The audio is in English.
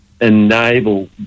enable